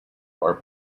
are